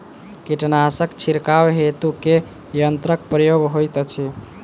कीटनासक छिड़काव हेतु केँ यंत्रक प्रयोग होइत अछि?